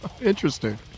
Interesting